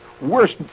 worst